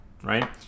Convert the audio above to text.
right